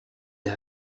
des